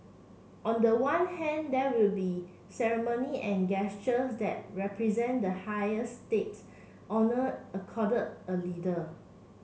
on the one hand there will be ceremony and gestures that represent the highest state honour accorded a leader